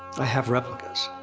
i have replicas.